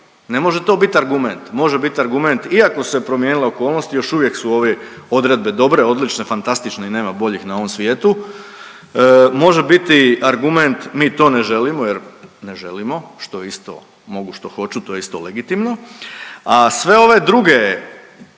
Ne može to bit argument. Može biti argument iako su se promijenile okolnosti još uvijek su ove odredbe dobre, odlične, fantastične i nema boljih na ovom svijetu. Može biti argument mi to ne želimo, jer ne želimo što je isto mogu što hoću, to je isto legitimno, a sve ove druge